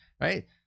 Right